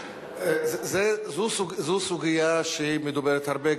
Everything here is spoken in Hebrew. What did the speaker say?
זו סוגיה שמדוברת הרבה.